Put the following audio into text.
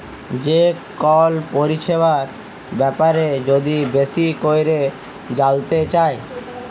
যে কল পরিছেবার ব্যাপারে যদি বেশি ক্যইরে জালতে চায়